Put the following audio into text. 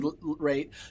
rate